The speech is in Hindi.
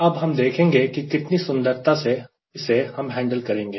अब हम देखेंगे कि कितनी सुंदरता से इसे हम हैंडल करेंगे